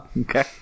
Okay